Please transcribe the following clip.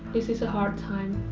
is is a hard time.